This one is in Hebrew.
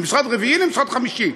ממשרד רביעי למשרד חמישי.